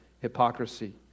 hypocrisy